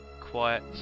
quiet